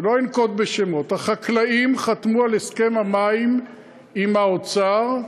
ולא אנקוב בשמות, חתמו על הסכם המים עם האוצר,